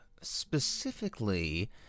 specifically